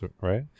right